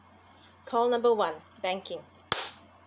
call number one banking